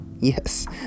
yes